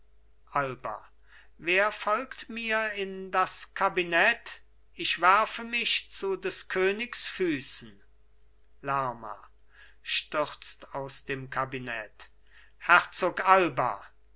alba wer folgt mir in das kabinett ich werfe mich zu des königs füßen lerma stürzt aus dem kabinett herzog alba